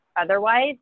otherwise